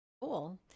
Cool